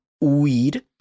weed